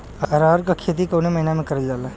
अरहर क खेती कवन महिना मे करल जाला?